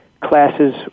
classes